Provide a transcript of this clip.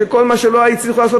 שכל מה שלא היו צריכים לעשות,